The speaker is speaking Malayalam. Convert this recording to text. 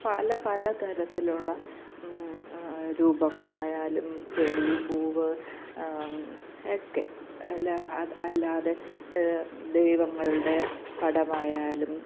പല പലതരത്തിലുള്ള രൂപങ്ങളായാലും ചെടി പൂവ് ഒക്കെ അല്ലെ അല്ലാതെ ദൈവങ്ങളുടെ പടമായാലും